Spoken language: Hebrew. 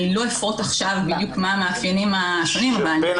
אני לא אפרוט עכשיו בדיוק מה המאפיינים השונים אבל --- בין